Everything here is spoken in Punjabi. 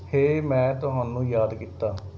ਹੇ ਮੈਂ ਤੁਹਾਨੂੰ ਯਾਦ ਕੀਤਾ